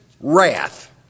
wrath